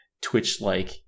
Twitch-like